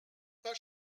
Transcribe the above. pas